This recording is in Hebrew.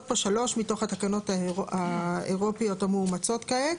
פה שלוש מתוך התקנות האירופיות המאומצות כעת.